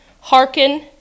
hearken